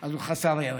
אז הוא חסר ערך.